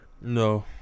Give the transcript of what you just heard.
no